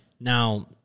Now